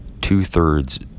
two-thirds